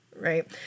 Right